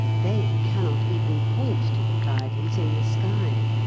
they cannot even point to the pleiades in the sky.